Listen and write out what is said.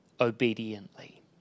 obediently